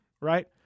right